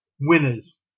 winners